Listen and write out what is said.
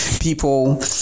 people